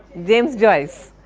james joyce,